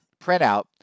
printout